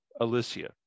Alicia